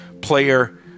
player